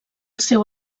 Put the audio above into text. seu